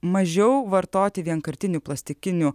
mažiau vartoti vienkartinių plastikinių